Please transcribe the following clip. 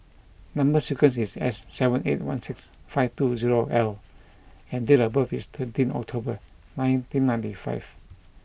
number sequence is S seven eight one six five two zero L and date of birth is thirteen October nineteen ninety five